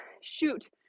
shoot